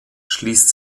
schließt